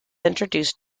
introduced